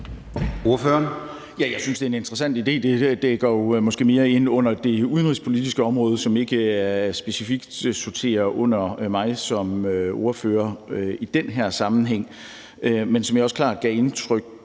jeg synes, det er en interessant idé. Det går måske mere ind under det udenrigspolitiske område, som ikke specifikt sorterer under mig som ordfører i den her sammenhæng. Men som jeg også klart gav udtryk